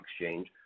Exchange